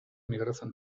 migratzen